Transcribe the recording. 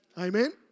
Amen